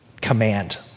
command